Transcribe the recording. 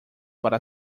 para